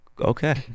Okay